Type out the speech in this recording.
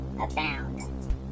abound